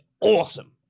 awesome